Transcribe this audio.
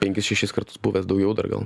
penkis šešis kartus buvęs daugiau dar gal